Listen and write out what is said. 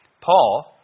Paul